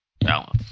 balance